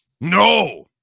No